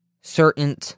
certain